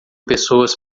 pessoas